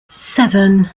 seven